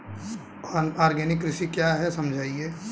Organic कृषि क्या है समझाइए?